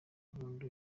burundu